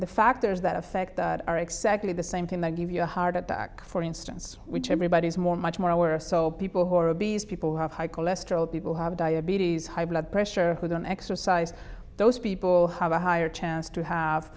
the factors that affect that are exactly the same thing that give you a heart attack for instance which everybody is more much more aware so people who are obese people who have high cholesterol people who have diabetes high blood pressure who don't exercise those people have a higher chance to have